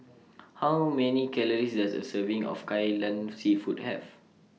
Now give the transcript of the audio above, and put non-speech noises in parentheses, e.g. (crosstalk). (noise) How Many Calories Does A Serving of Kai Lan Seafood Have